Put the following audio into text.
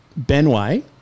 Benway